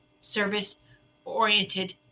service-oriented